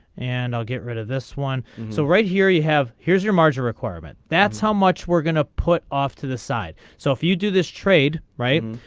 and i'll get rid of this one so right here you have here's your margin requirement that's how much we're gonna put off to the side so if you do this trade writing.